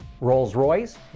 Rolls-Royce